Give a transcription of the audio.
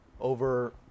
over